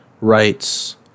rights